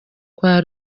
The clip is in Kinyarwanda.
kwa